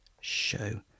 Show